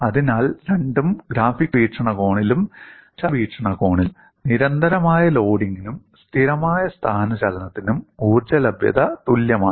അതിനാൽ രണ്ടും ഗ്രാഫിക്കൽ വീക്ഷണകോണിലും ഗണിതശാസ്ത്ര വീക്ഷണകോണിലും നിരന്തരമായ ലോഡിംഗിനും സ്ഥിരമായ സ്ഥാനചലനത്തിനും ഊർജ്ജ ലഭ്യത തുല്യമാണ്